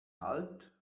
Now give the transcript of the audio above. halt